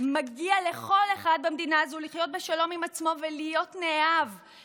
מגיע לכל אחד במדינה הזו לחיות בשלום עם עצמו ולהיות נאהב,